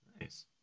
Nice